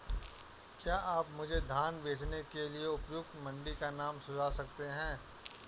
क्या आप मुझे धान बेचने के लिए उपयुक्त मंडी का नाम सूझा सकते हैं?